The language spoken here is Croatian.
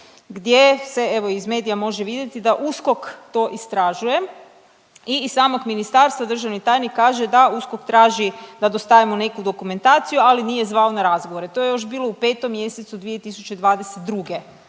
gdje se evo iz medija može vidjeti da USKOK to istražuje. I iz samog ministarstva državni tajnik kaže da USKOK traži da dostavimo neku dokumentaciju, ali nije zvao na razgovore. To je još bilo u 5 mjesecu 2022.